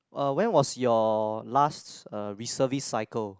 uh when was your last uh reservist cycle